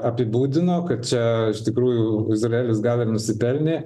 apibūdino kad čia iš tikrųjų izraelis gal ir nusipelnė